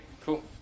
cool